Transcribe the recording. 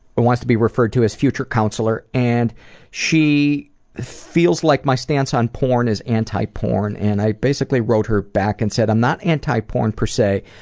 but wants to be referred to as future counselor, and she feels like my stance on porn is anti-porn. and i basically wrote her back and said i'm not anti-porn, per se,